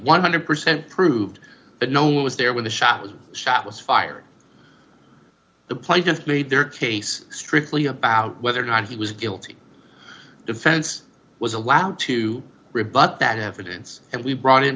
one hundred percent proved that no one was there when the shot was shot was fired the plaintiffs made their case strictly about whether or not he was guilty defense was allowed to rebut that evidence and we brought in